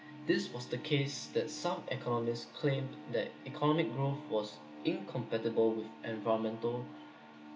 this was the case that some economists claimed that economic growth was incompatible with environmental